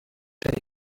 day